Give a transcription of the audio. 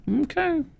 Okay